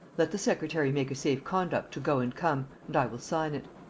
let the secretary make a safe-conduct to go and come, and i will sign it.